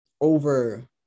over